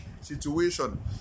situation